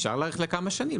אפשר להאריך לכמה שנים,